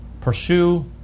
pursue